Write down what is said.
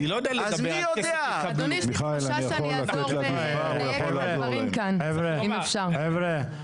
מיכאל מרדכי ביטון (יו"ר ועדת הכלכלה): נגמרה הוועדה.